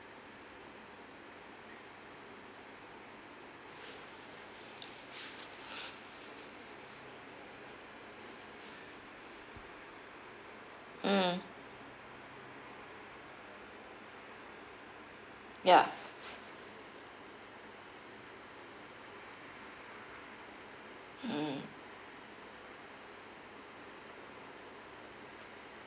mm ya mm